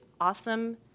awesome